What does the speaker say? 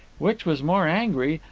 which was more angry,